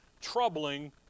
troubling